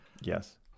Yes